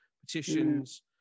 petitions